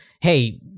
hey